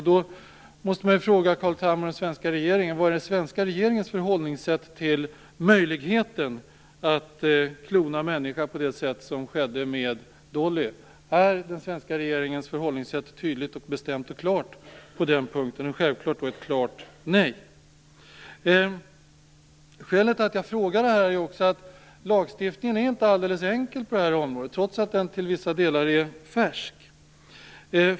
Jag måste fråga Carl Tham och den svenska regeringen: Vad är den svenska regeringens förhållningssätt till möjligheten att klona en människa på det sätt som skett med Dolly? Är den svenska regeringens förhållningssätt tydligt och bestämt på den punkten - dvs. självfallet ett klart nej? Skälet till att jag frågar om detta är att lagstiftningen på det här området inte är så enkel, trots att den till vissa delar är färsk.